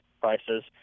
prices